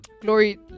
Glory